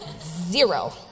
Zero